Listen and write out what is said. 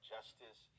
Justice